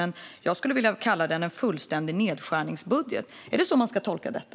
Men jag kallar det som sagt en fullständig nedskärningsbudget. Är det så man ska tolka det?